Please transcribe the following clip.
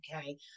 okay